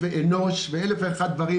אנוש ואלף ואחד דברים.